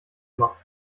macht